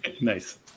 nice